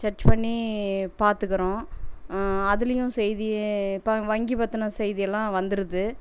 search பண்ணி பார்த்துக்குறோம் அதிலேயும் செய்தி ப வங்கி பத்தின செய்தி எல்லாம் வந்துடுது